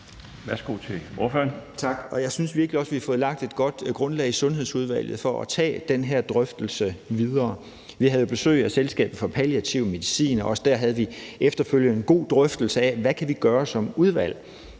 Mortensen (S): Tak, og jeg synes virkelig også, vi har fået lagt et godt grundlag i Sundhedsudvalget for at tage den her drøftelse videre. Vi havde jo besøg af Dansk Selskab for Palliativ Medicin, og også der havde vi efterfølgende en god drøftelse af, hvad vi kan gøre som udvalg.